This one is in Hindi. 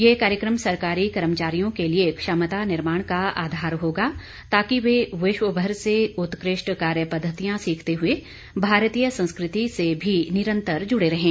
यह कार्यक्रम सरकारी कर्मचारियों के लिए क्षमता निर्माण का आधार होगा ताकि वे विश्वभर से उत्कृष्ट कार्य पद्धतियां सीखते हुए भारतीय संस्कृति से भी निरंतर जुड़े रहें